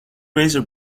razor